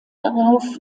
darauf